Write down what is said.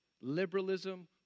Liberalism